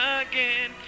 again